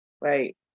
right